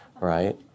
right